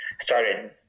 started